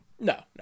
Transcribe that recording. No